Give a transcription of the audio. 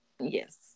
Yes